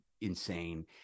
insane